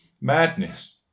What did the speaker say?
madness